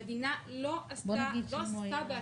המדינה לא עשתה, לא עסקה בהשקעה בתשתית.